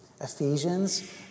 Ephesians